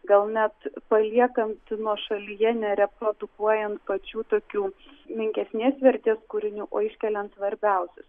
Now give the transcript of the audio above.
gal net paliekant nuošalyje nereprodukuojant pačių tokių menkesnės vertės kūrinių o iškeliant svarbiausius